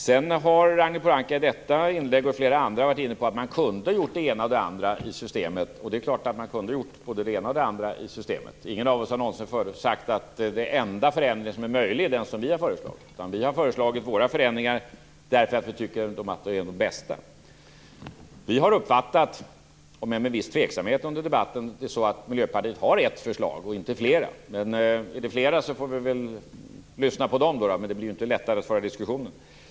Sedan har Ragnhild Pohanka i detta inlägg och i flera andra varit inne på att man kunde ha gjort det ena och det andra i systemet. Det är klart att man kunde ha gjort både det ena och det andra i systemet. Ingen av oss har någonsin förutsagt att den enda förändring som är möjlig är den som vi har föreslagit. Vi har föreslagit våra förändringar därför att vi tycker att de är de bästa. Vi har under debatten uppfattat, om än med viss tveksamhet, att Miljöpartiet har ett förslag och inte fler. Men är de fler får vi väl lyssna på dem. Det blir ju inte lättare att föra diskussionen.